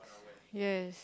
ya